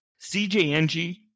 CJNG